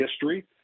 history